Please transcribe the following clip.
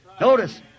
notice